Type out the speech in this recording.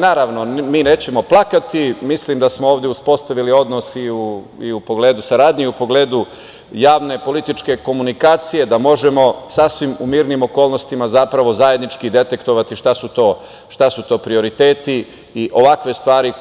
Naravno, mi nećemo plakati, mislim da smo ovde uspostavili odnos i u pogledu saradnje i u pogledu javne političke komunikacije da možemo u sasvim mirnim okolnostima, zapravo, zajednički detektovati šta su to prioriteti i ovakve stvari